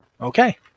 Okay